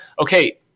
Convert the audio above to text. Okay